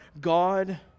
God